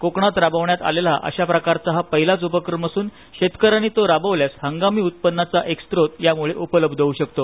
कोकणात राबवण्यात आलेला अशाप्रकारचा हा पहिलाच उपक्रम असून शेतकऱ्यांनी तो राबवल्यास हंगामी उत्पन्नाचा एक स्रोत यामुळे उपलब्ध होऊ शकतो